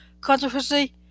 Controversy